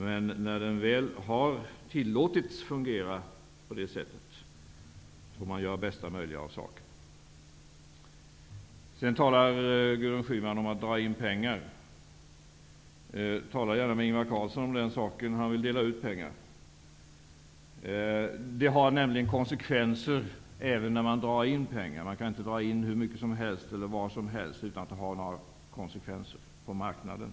Men när den väl har tillåtits att fungera på ett visst sätt, får man göra det bästa möjliga av saken. Gudrun Schyman talade om att dra in pengar. Tala gärna med Ingvar Carlsson om den saken. Han vill dela ut pengar. Även att dra in pengar har konsekvenser. Man kan inte dra in hur mycket som helst eller var som helst utan att det får konsekvenser för marknaden.